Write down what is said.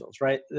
right